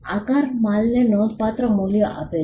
આકાર માલને નોંધપાત્ર મૂલ્ય આપે છે